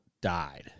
died